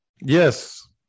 Yes